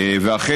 ואכן,